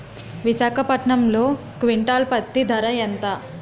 విశాఖపట్నంలో క్వింటాల్ పత్తి ధర ఎంత?